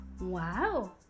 Wow